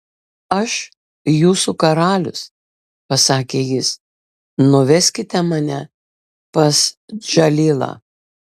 aš jūsų karalius pasakė jis nuveskite mane pas džalilą